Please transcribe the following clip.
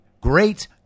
Great